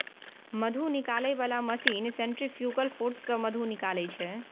मधु निकालै बला machine centrifugal force सँ मधु निकालै छै